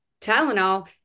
Tylenol